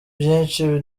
byinshi